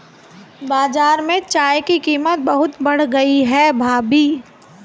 बाजार में चाय की कीमत बहुत बढ़ गई है भाभी